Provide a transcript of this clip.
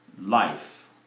life